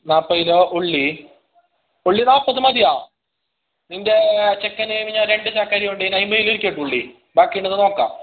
നാൽപത് കിലോ ഉള്ളി ഉള്ളി നാൽപത് മതിയോ നിൻ്റെ ചെക്കന് പിന്നെ ഞാൻ രണ്ട് ചാക്ക് അരി കൊണ്ടോയിന് അതിന് മേലെ ഇരിക്കട്ട് ഉള്ളി ബാക്കിയുണ്ടങ്ങ് നോക്കാം